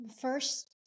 First